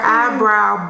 eyebrow